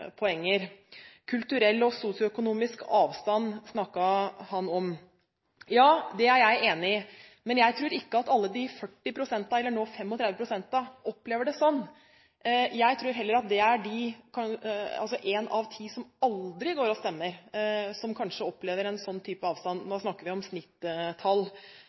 poenger. Han snakket om kulturell og sosioøkonomisk avstand. Ja, det er jeg enig i, men jeg tror ikke at alle de 40 prosentene – eller nå 35 prosentene – opplever det slik. Jeg tror heller det er de én av ti som aldri går og stemmer, som kanskje opplever en slik type avstand. Da snakker vi om